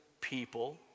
people